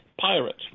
pirate